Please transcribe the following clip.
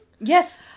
yes